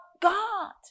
God